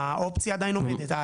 האופציה עדיין עומדת.